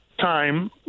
time